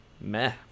meh